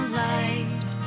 light